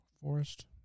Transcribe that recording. forest